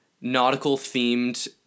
nautical-themed